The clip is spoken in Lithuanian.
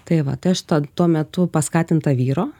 tai va tai aš to tuo metu paskatinta vyro